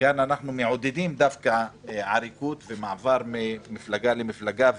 וכאן אנחנו דווקא מעודדים עריקות ומעבר ממפלגה למפלגה,